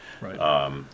Right